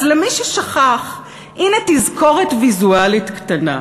אז למי ששכח, הנה תזכורת ויזואלית קטנה.